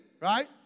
right